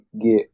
get